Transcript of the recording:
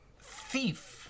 thief